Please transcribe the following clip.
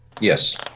Yes